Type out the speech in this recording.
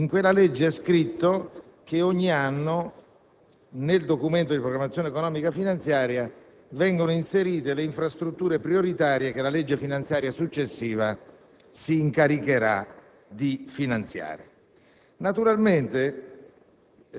In quella legge, infatti, è previsto che ogni anno, nel Documento di programmazione economico-finanziaria, vengano inserite le infrastrutture prioritarie che la legge finanziaria successiva si incaricherà di finanziare.